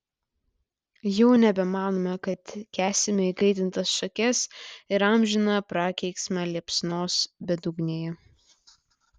jau nebemanome kad kęsime įkaitintas šakes ir amžiną prakeiksmą liepsnos bedugnėje